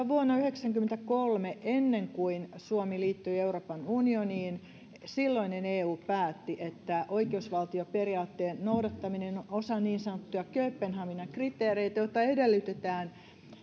vuonna yhdeksänkymmentäkolme ennen kuin suomi liittyi euroopan unioniin silloinen eu päätti että oikeusvaltioperiaatteen noudattaminen on osa niin sanottuja kööpenhamina kriteereitä joita edellytetään